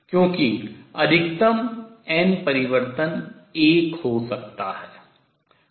क्योंकि अधिकतम n परिवर्तन 1 हो सकता है